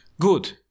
Good